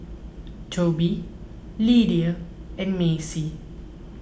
Toby Lidia and Macey